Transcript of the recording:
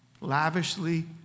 lavishly